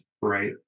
right